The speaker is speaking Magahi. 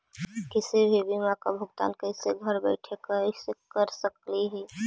किसी भी बीमा का भुगतान कैसे घर बैठे कैसे कर स्कली ही?